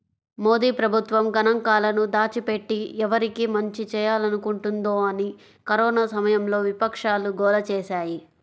మోదీ ప్రభుత్వం గణాంకాలను దాచిపెట్టి, ఎవరికి మంచి చేయాలనుకుంటోందని కరోనా సమయంలో విపక్షాలు గోల చేశాయి